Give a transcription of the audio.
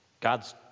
God's